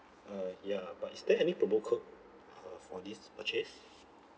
uh ya but is there any promo code uh for this purchase